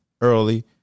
early